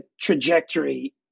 trajectory